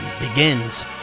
begins